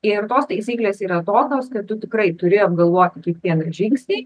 ir tos taisyklės yra tokios kad tu tikrai turi apgalvoti kiekvieną žingsnį